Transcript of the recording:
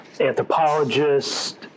anthropologist